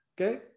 Okay